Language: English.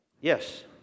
Yes